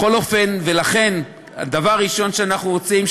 ולכן דבר ראשון שאנחנו רוצים,